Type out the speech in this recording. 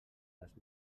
les